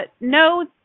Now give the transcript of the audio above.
no